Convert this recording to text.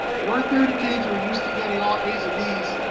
your thirty kids are used to getting all as and bs,